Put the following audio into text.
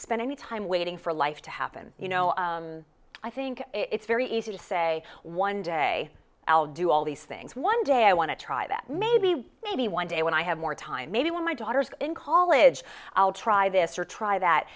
spend any time waiting for life to happen you know i think it's very easy to say one day i'll do all these things one day i want to try that maybe maybe one day when i have more time maybe when my daughter's in college i'll try this or try that